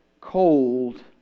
Cold